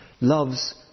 loves